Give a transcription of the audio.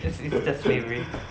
that is that's slavery